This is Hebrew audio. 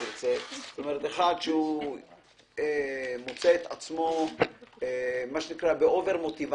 כלומר אחד שמוצא את עצמו במוטיבציית-יתר,